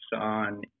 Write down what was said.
on